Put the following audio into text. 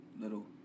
little